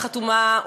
שחתומה,